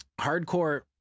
Hardcore